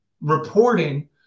reporting